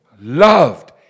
loved